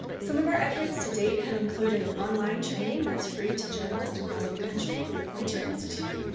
some of our efforts to date have included an online training that's free to journalists across the country, through the pointer institute,